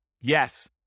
yes